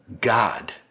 God